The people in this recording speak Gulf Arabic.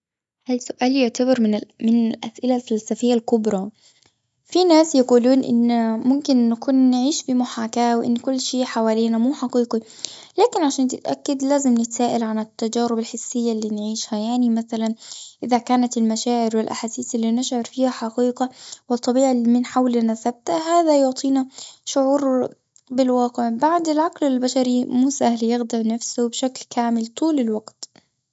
هالسؤال يعتبر من- من الأسئلة الفلسفية الكبرى. في ناس يقولون: إن ممكن نكون نعيش في محاكاة، وإن كل شي حوالينا مو حقيقي. لكن عشان تتأكد، لازم نتساءل عن التجارب الحسية اللي نعيشها. يعني مثلاً، إذا كانت المشاعر والأحاسيس اللي نشعر فيها حقيقة، والطبيعة اللي من حولنا ثابتة، هذا يعطينا شعور بالواقع. بعد العقل البشري، مو سهل يغضب نفسه بشكل كامل طول الوقت.